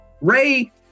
Ray